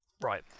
Right